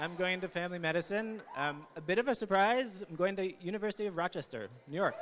i'm going to family medicine a bit of a surprise i'm going to the university of rochester new york